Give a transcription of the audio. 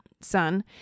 son